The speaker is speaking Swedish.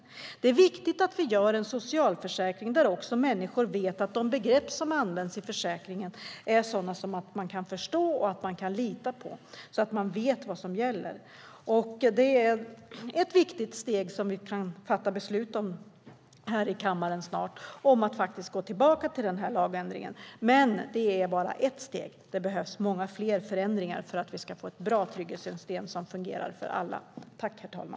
Det är viktigt att vi gör en socialförsäkring där de begrepp som används är sådana som människor kan förstå och lita på så att man vet vad som gäller. Ett viktigt steg som vi snart kan fatta beslut om här i kammaren är att gå tillbaka till lagändringen. Men det är bara ett steg. Det behövs många fler förändringar för att vi ska få ett bra trygghetssystem som fungerar för alla.